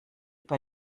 bei